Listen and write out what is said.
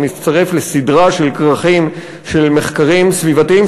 זה מצטרף לסדרה של כרכים של מחקרים סביבתיים